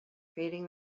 feeling